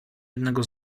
jednego